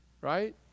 right